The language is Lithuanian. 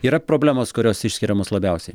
yra problemos kurios išskiriamos labiausiai